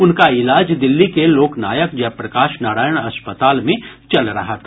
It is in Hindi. उनका इलाज दिल्ली के लोक नायक जयप्रकाश नारायण अस्पताल में चल रहा था